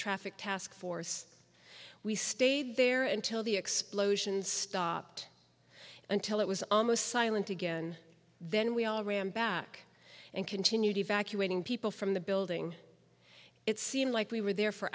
traffic task force we stayed there until the explosions stopped until it was almost silent again then we all ran back and continued evacuating people from the building it seemed like we were there for